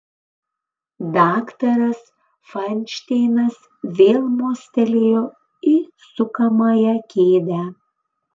daktaras fainšteinas vėl mostelėjo į sukamąją kėdę